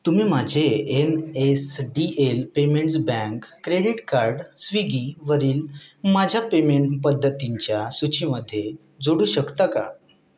तुम्ही माझे N S D L payments bank credit card स्विगीवरील माझ्या पेमेंट पद्धतींच्या सूचीमध्ये जोडू शकता का